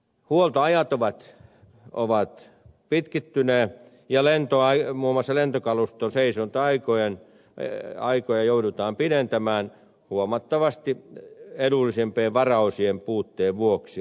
huoltoajat ovat pitkittyneet ja muun muassa lentokaluston seisonta aikoja joudutaan pidentämään huomattavasti edullisempien varaosien puutteen vuoksi